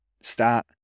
start